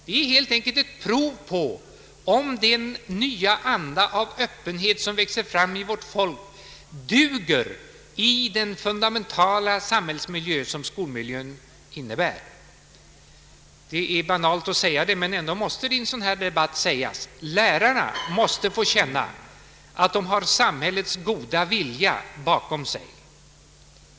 Det är helt enkelt ett prov på om den nya anda av öppenhet som växer fram i vårt folk duger i den fundamentala samhällsmiljö som skolmiljön innebär. Det är banalt att säga det, men ändå måste det sägas i en sådan här debatt: lärarna måste få känna att de har samhällets goda vilja bakom sig!